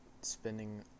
spending